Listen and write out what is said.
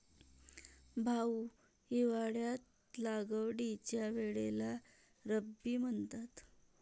भाऊ, हिवाळ्यात लागवडीच्या वेळेला रब्बी म्हणतात